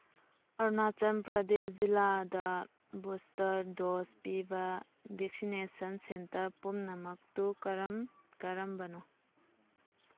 ꯑꯔꯨꯅꯥꯆꯜ ꯄ꯭ꯔꯗꯦꯁ ꯖꯤꯂꯥꯗ booster dose ꯄꯤꯕ vaccination centre ꯄꯨꯝꯅꯃꯛꯇꯨ ꯀꯔꯝ ꯀꯔꯝꯕꯅꯣ